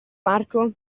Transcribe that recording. marco